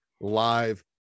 live